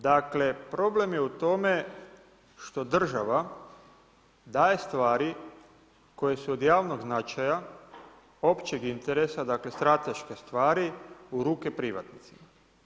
Dakle, problem je u tome što država daje stvari koje su od javnog značaja, općeg interesa, dakle strateške stvari u ruke privatnicima.